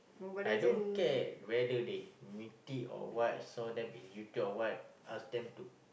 I don't care whether they meeting or what so they or duty or what ask them to